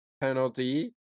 penalty